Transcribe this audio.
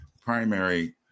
primary